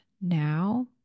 now